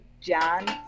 John